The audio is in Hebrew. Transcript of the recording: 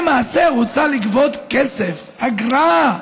רוצה לגבות כסף, אגרה,